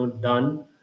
done